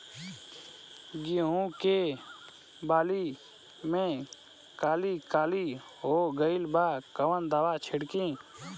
गेहूं के बाली में काली काली हो गइल बा कवन दावा छिड़कि?